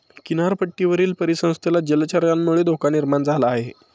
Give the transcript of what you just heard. किनारपट्टीवरील परिसंस्थेला जलचरांमुळे धोका निर्माण झाला आहे